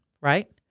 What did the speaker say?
right